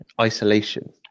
isolation